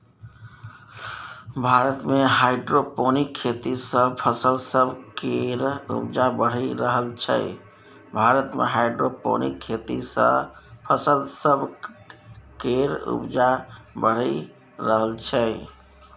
भारत मे हाइड्रोपोनिक खेती सँ फसल सब केर उपजा बढ़ि रहल छै